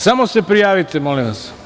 Samo se prijavite, molim vas.